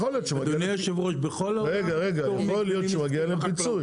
יכול להיות שמגיע להם פיצוי.